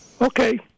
Okay